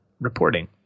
reporting